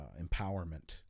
empowerment